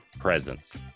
presence